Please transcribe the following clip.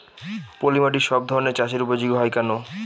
পলিমাটি সব ধরনের চাষের উপযোগী হয় কেন?